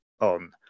on